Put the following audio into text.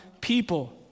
people